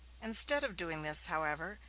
instead of doing this, however,